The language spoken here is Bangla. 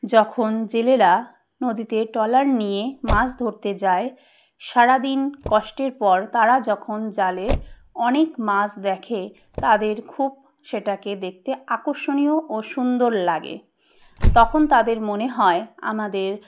যখন জেলেরা নদীতে ট্রেলার নিয়ে মাছ ধরতে যায় সারাদিন কষ্টের পর তারা যখন জালে অনেক মাছ দেখে তাদের খুব সেটাকে দেখতে আকর্ষণীয় ও সুন্দর লাগে তখন তাদের মনে হয় আমাদের